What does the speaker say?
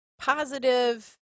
positive